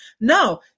no